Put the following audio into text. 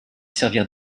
servir